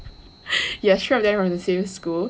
yeah three of them were in the same school